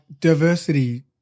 diversity